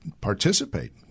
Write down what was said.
participate